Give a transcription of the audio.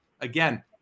again